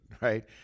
right